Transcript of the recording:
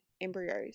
embryos